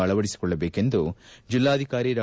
ಅಳವಡಿಸಿಕೊಳ್ಳಬೇಕೆಂದು ಜಿಲ್ಲಾಧಿಕಾರಿ ಡಾ